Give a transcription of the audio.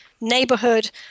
neighborhood